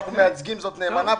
ואנחנו מייצגים זאת נאמנה.